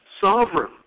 sovereign